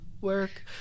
Work